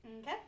Okay